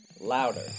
louder